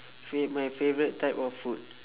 fav~ my favourite type of food